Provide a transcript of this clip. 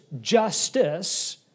justice